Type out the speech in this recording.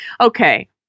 okay